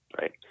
right